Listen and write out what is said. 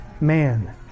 man